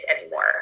anymore